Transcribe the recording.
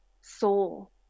soul